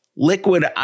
Liquid